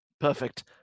Perfect